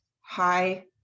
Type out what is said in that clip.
hi